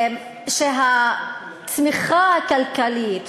שהתמיכה הכלכלית,